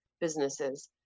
businesses